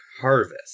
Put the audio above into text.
Harvest